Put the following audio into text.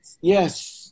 yes